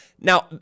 Now